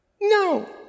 No